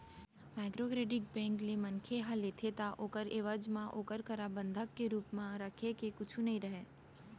micro credit bank ले मनखे ह लेथे ता ओखर एवज म ओखर करा बंधक के रुप म रखे के कुछु नइ राहय